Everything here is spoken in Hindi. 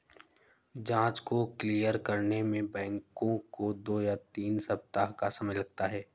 जाँच को क्लियर करने में बैंकों को दो या तीन सप्ताह का समय लगता है